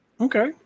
okay